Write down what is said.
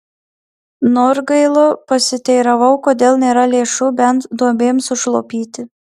norgailo pasiteiravau kodėl nėra lėšų bent duobėms užlopyti